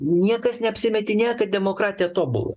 niekas neapsimetinėja kad demokratija tobula